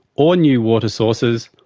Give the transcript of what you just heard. or new water sources,